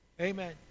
Amen